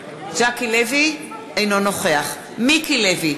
אינו נוכח מיקי לוי,